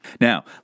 Now